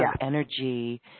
energy